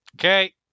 Okay